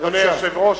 אדוני היושב-ראש,